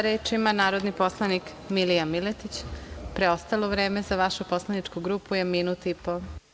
Reč ima narodni poslanik Milija Miletić, preostalo vreme za vašu poslaničku grupu je minut i po.